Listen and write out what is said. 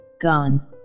Gone